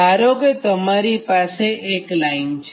ધારો કે તમારી પાસે એક લાઇન છે